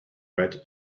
red